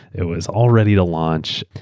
it was all ready to launch,